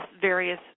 various